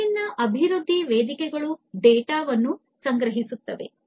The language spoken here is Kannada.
ವಿಭಿನ್ನ ಅಭಿವೃದ್ಧಿ ವೇದಿಕೆಗಳು ಡೇಟಾವನ್ನು ಸಂಗ್ರಹಿಸುತ್ತದೆ